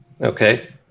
okay